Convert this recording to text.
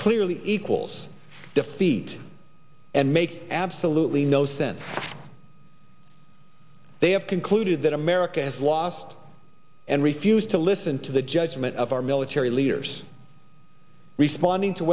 clearly equals defeat and make absolutely no sense they have concluded that america has lost and refused to listen to the judgment of our military leaders responding to